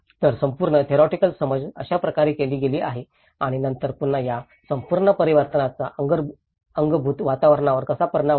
तर संपूर्ण थेरिओटिकल समज अशाप्रकारे केली गेली आहे आणि नंतर पुन्हा या संपूर्ण परिवर्तनाचा अंगभूत वातावरणावर कसा परिणाम होतो